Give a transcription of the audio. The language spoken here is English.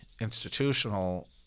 institutional